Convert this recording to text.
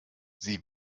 sie